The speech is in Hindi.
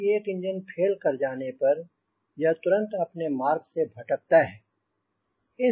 कोई एक इंजन फेल कर जाने पर यह तुरंत अपने मार्ग से भटकता है